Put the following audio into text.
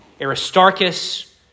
Aristarchus